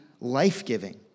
life-giving